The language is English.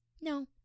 No